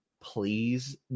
Please